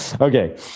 Okay